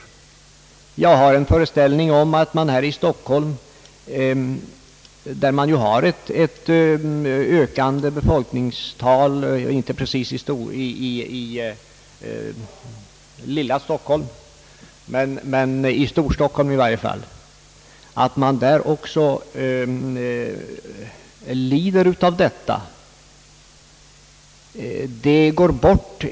Jag har en föreställning om att man även här i Stockholm, som ju har ett ökande befolkningstal — inte precis i inre Stockholm men i varje fall i Storstockholm — lider av detta.